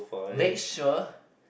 make sure